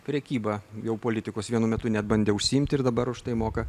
prekyba jau politikos vienu metu net bandė užsiimti ir dabar už tai moka